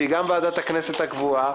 שהיא גם ועדת הכנסת הקבועה,